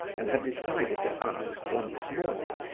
and had decided to ask once more.